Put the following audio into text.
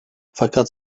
fakat